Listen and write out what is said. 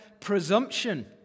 presumption